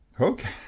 Okay